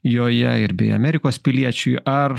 joje ir bei amerikos piliečiui ar